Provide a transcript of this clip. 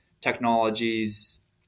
technologies